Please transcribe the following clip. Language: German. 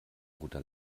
guter